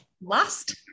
Last